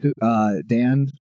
Dan